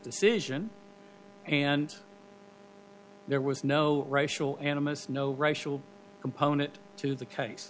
decision and there was no racial animus no racial component to the case